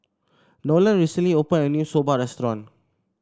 Nolen recently opened a new Soba restaurant